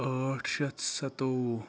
ٲٹھ شیٚتھ سَتووُہ